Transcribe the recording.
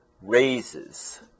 raises